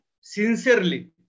sincerely